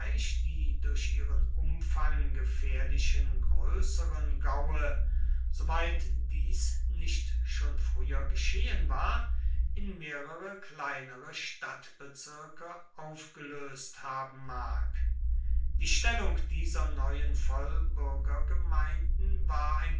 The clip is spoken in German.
durch ihren umfang gefährlichen größeren gaue soweit dies nicht schon früher geschehen war in mehrere kleinere stadtbezirke aufgelöst haben mag die stellung dieser neuen vollbürgergemeinden war